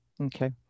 okay